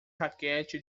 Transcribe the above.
raquete